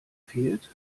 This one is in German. fehlt